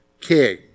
king